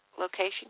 location